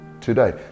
today